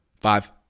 Five